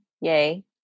Yay